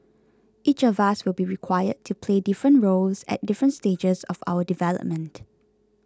each of us will be required to play different roles at different stages of our development